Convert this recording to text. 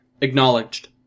Acknowledged